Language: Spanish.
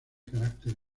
carácter